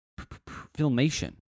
Filmation